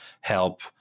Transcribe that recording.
help